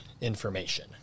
information